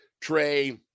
Trey